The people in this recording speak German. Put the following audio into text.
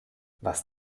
was